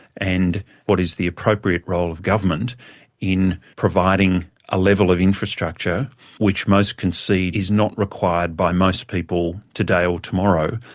and what is the appropriate role of government in providing a level of infrastructure which most concede is not required by most people today or tomorrow,